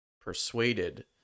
persuaded